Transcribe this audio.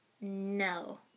no